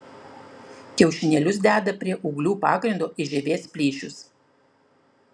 kiaušinėlius deda prie ūglių pagrindo į žievės plyšius